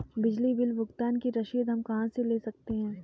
बिजली बिल भुगतान की रसीद हम कहां से ले सकते हैं?